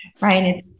right